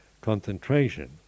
concentration